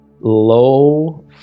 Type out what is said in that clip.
low